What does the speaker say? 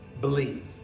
believe